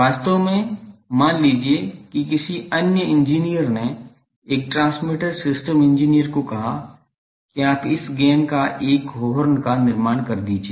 वास्तव में मान लीजिए कि किसी अन्य इंजीनियर ने एक ट्रांसमीटर सिस्टम इंजीनियर को कहा कि आप इस गेन का एक हॉर्न का निर्माण कीजिये